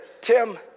Tim